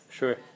Sure